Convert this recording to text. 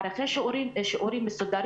מערכי שיעורים מסודרים.